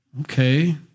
okay